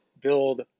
build